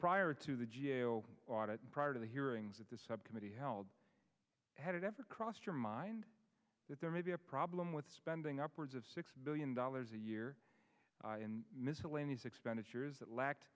prior to the g a o audit prior to the hearings with the subcommittee held had it ever crossed your mind that there may be a problem with spending upwards of six billion dollars a year in miscellaneous expenditures that lacked